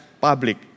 public